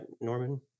Norman